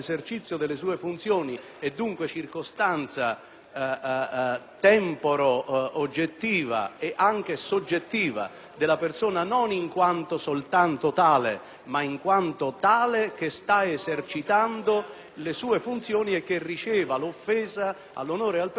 (circostanza temporale oggettiva ed anche soggettiva), dunque della persona non solo in quanto tale, ma in quanto sta esercitando le sue funzioni, e che riceva l'offesa all'onore e al prestigio in quanto ed a causa delle sue funzioni.